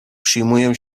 przyjmują